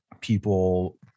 people